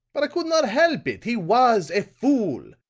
but i could not help it. he was a fool,